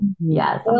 yes